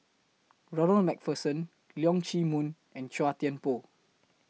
Ronald MacPherson Leong Chee Mun and Chua Thian Poh